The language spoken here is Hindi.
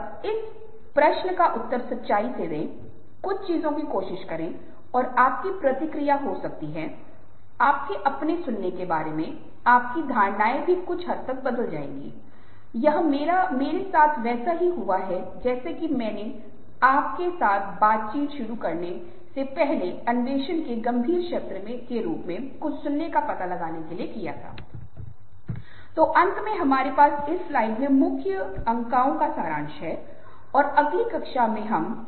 इसलिए हमें इस तरह की रणनीतियों को विकसित करना होगा सभी प्रकार की संचार शैलियाँ बहुत अच्छी हैं केवल हमें यह समझना होगा कि कौन सा उचित संदर्भ और स्थिति में सबसे अच्छा होगा और यदि आप ऐसा व्यवहार कर रहे हैं तो शायद हम होंगे एक बेहतर स्थिति में होंगे और हमारे पास दूसरों के साथ प्रभावी संचार होगा